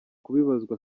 kubibazwa